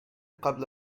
قبل